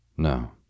No